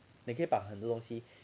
你可以把很多东西